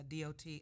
DOT